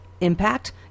impact